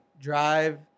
drive